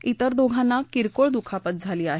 इतर दोघांना किरकोळ दुखापत झाली आहे